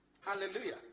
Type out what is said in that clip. hallelujah